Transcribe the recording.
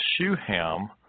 Shuham